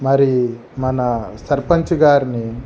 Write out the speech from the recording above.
మరీ మనా సర్పంచ్ గారిని